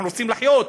אנחנו רוצים לחיות.